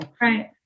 right